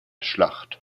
schlacht